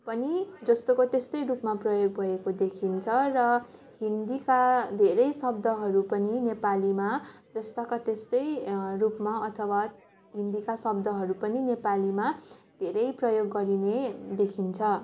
पनि जस्तोको त्यस्तै रूपमा प्रयोग भएको देखिन्छ र हिन्दीका धेरै शब्दहरू पनि नेपालीमा जस्ताका त्यस्तै रूपमा अथवा हिन्दीका शब्दहरू पनि नेपालीमा धेरै प्रयोग गरिने देखिन्छ